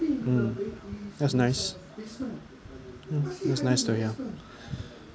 mm that's nice mm that's nice to hear